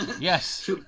Yes